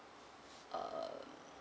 err